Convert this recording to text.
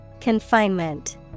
Confinement